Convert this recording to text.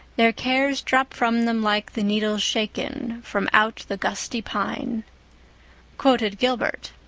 their cares drop from them like the needles shaken from out the gusty pine quoted gilbert.